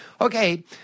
Okay